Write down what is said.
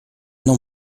non